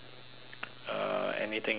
uh anything you wanna say